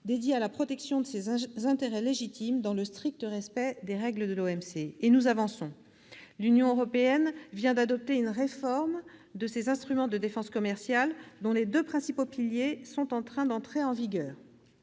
dédiés à la protection de ses intérêts légitimes, dans le strict respect des règles de l'OMC. Or nous avançons : l'Union européenne vient d'adopter une réforme de ses instruments de défense commerciale, dont les deux principaux piliers sont en train d'entrer en vigueur.